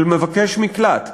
של מבקש מקלט,